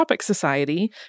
Society